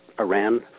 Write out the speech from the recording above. Iran